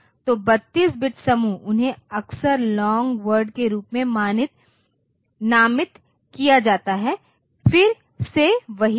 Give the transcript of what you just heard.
तो 32 बिट समूह उन्हें अक्सर लॉन्ग वर्ड के रूप में नामित किया जाता है फिर से वही बात